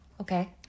Okay